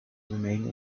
remain